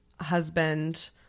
husband